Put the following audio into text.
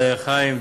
תודה, חיים.